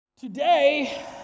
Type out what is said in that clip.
Today